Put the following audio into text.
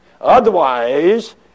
Otherwise